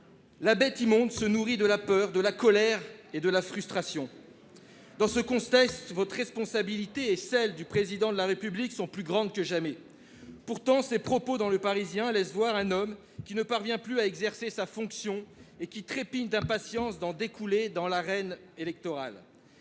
La bête immonde se nourrit de la peur, de la colère et de la frustration. Dans ce contexte, votre responsabilité et celle du Président de la République sont plus grandes que jamais. Pourtant, les propos parus dans laissent voir un homme qui ne parvient plus à exercer sa fonction et qui trépigne d'impatience d'en découdre dans l'arène électorale.